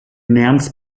nernst